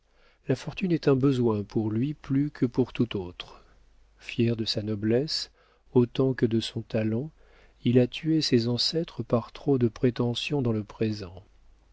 la fortune est un besoin pour lui plus que pour tout autre fier de sa noblesse autant que de son talent il a tué ses ancêtres par trop de prétentions dans le présent